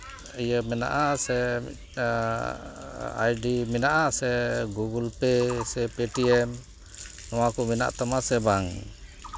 ᱤᱭᱟᱹ ᱢᱮᱱᱟᱜᱼᱟ ᱥᱮ ᱟᱭᱰᱤ ᱢᱮᱱᱟᱜᱼᱟ ᱥᱮ ᱜᱩᱜᱳᱞ ᱯᱮ ᱥᱮ ᱯᱮᱴᱤᱭᱮᱢ ᱱᱚᱣᱟ ᱠᱚ ᱢᱮᱱᱟᱜ ᱛᱟᱢᱟ ᱥᱮ ᱵᱟᱝ